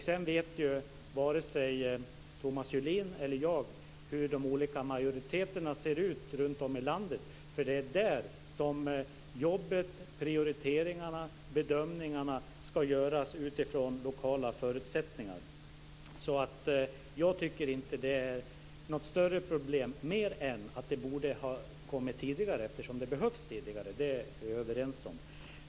Sedan vet vare sig Thomas Julin eller jag hur de olika majoriteterna ser ut runtom i landet, för det är där som jobbet, prioriteringarna och bedömningarna ska göras utifrån de lokala förutsättningarna. Jag tycker inte att det är något större problem, mer än att det borde ha kommit tidigare, eftersom det har behövts tidigare. Det är vi överens om.